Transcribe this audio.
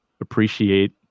appreciate